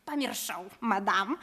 pamiršau madam